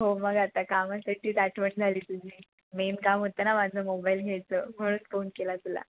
हो मग आता कामासाठीच आठवण झाली तुझी मेन काम होतं ना माझं मोबाईल घ्यायचं म्हणून फोन केला तुला